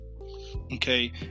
Okay